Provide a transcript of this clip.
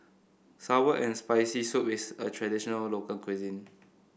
sour and Spicy Soup is a traditional local cuisine